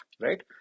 right